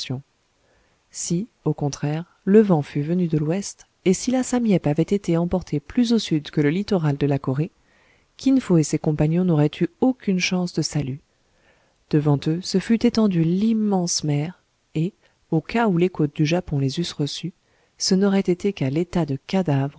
si au contraire le vent fût venu de l'ouest et si la sam yep avait été emportée plus au sud que le littoral de la corée kin fo et ses compagnons n'auraient eu aucune chance de salut devant eux se fût étendue l'immense mer et au cas où les côtes du japon les eussent reçus ce n'aurait été qu'à l'état de cadavres